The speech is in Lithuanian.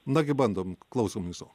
nagi bandom klauso mūsų